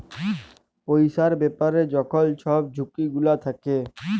পইসার ব্যাপারে যখল ছব ঝুঁকি গুলা থ্যাকে